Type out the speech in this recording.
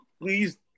Please